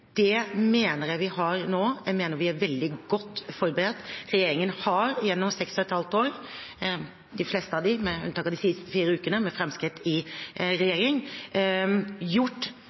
Det mener jeg vi har nå, jeg mener vi er veldig godt forberedt. Regjeringen har gjennom seks og et halvt år – de fleste av dem, med unntak av de siste fire ukene, med Fremskrittspartiet i regjering – gjort